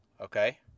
okay